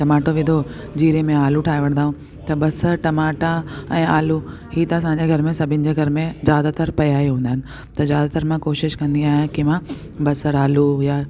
tomato विझो जीरे में आलू ठाहे वठंदाऊं बसरि टमाटा ऐं आलू इहे त असांजे घर में सभिनि जे घर में ज़्यादातर पिया ई हूंदा आहिनि त ज़्यादातर मां कोशिश कंदी आहियां कि मां बसरि आलू या